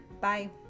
Bye